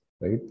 right